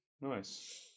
Nice